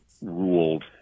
ruled